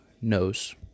knows